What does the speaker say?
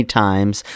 times